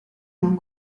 non